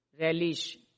relish